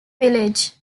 village